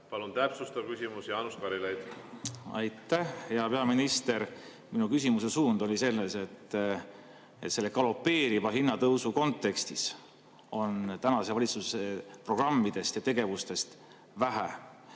Palun täpsustav küsimus, Jaanus Karilaid! Aitäh! Hea peaminister! Minu küsimuse suund oli sinna, et selle galopeeriva hinnatõusu kontekstis on tänase valitsuse programmidest ja tegevustest vähe.